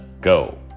go